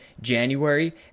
january